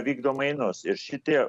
vykdo mainus ir šitie